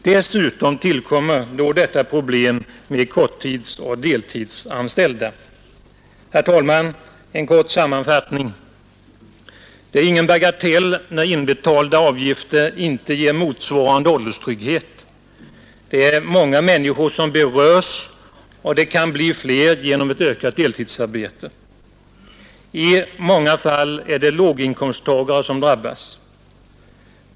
Dessutom tillkommer då detta problem med korttidsoch deltidsanställda. En kort sammanfattning, herr talman! Det är ingen bagatell att inbetalda avgifter inte ger motsvarande ålderstrygghet. Det är många människor som berörs, och det kan bli fler genom ökat deltidsarbetande. I många fall är det låginkomsttagare som drabbas.